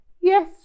yes